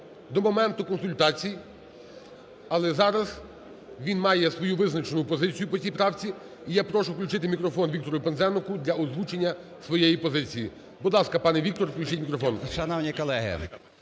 до моменту консультацій, але зараз він має свою визначену позицію по цій правці. І я прошу включити мікрофон Віктору Пинзенику для озвучення своєї позиції. Будь ласка, пане Віктор. Включіть мікрофон.